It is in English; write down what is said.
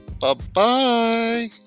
Bye-bye